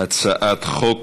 הצעת חוק